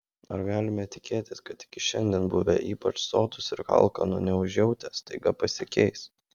ar galime tikėtis kad iki šiandien buvę ypač sotūs ir alkano neužjautę staiga pasikeis